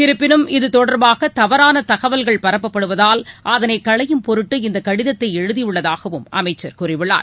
இருப்பினும் இது தொடர்பாக தவறான தகவல்கள் பரப்பப்படுவதால் அதனை களையும் பொருட்டு இந்த கடிதத்தை எழுதியுள்ளதாகவும் அமைச்சர் கூறியுள்ளார்